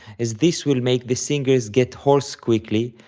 as this will make the singers get hoarse quickly,